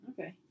Okay